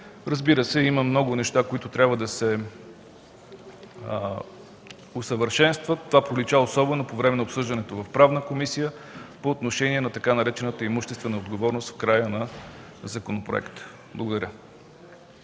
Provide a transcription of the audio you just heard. Разбира се, има много неща, които трябва да се усъвършенстват. Това пролича особено по време на обсъждането в Комисията по правни въпроси по отношение на така наречената имуществена отговорност в края на законопроекта. Благодаря.